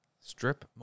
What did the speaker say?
strip